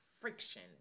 friction